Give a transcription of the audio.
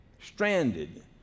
stranded